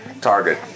Target